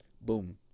boom